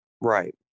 Right